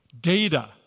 Data